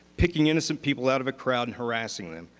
picking innocent people out of a crowd and harassing them,